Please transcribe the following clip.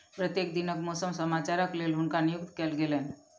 प्रत्येक दिनक मौसम समाचारक लेल हुनका नियुक्त कयल गेलैन